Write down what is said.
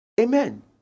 Amen